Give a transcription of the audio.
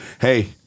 Hey